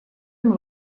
amb